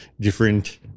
different